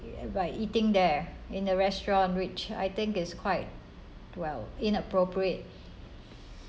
by eating there in a restaurant which I think is quite well inappropriate